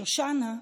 שושנה,